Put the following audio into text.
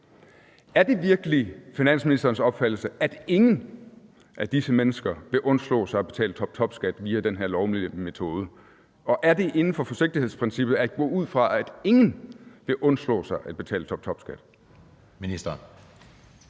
Er det virkelig finansministerens opfattelse, at ingen af disse mennesker vil undslå sig at betale toptopskat via den her lovlige metode, og er det inden for forsigtighedsprincippet at gå ud fra, at ingen vil undslå sig at betale toptopskat?